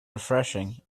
refreshing